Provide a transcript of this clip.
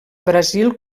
brasil